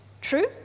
True